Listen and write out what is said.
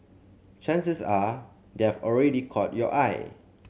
chances are they have already caught your eye